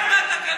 אתה חורג מהתקנון.